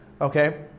okay